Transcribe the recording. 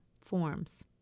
forms